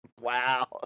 Wow